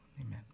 amen